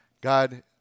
God